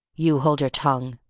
you hold your tongue,